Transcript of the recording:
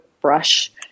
brush